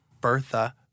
Bertha